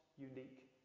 unique